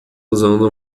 usando